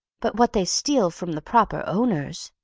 but what they steal from the proper owners.